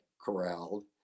corralled